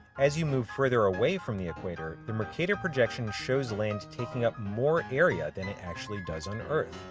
as you move further away from the equator, the mercator projection shows land taking up more area than it actually does on earth.